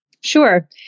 Sure